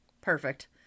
perfect